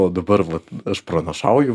o dabar vat ir aš pranašauju